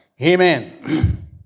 Amen